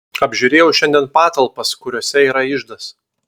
apžiūrėjau šiandien patalpas kuriose yra iždas